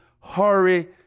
hurry